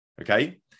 okay